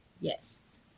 Yes